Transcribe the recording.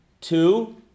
Two